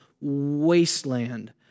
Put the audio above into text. wasteland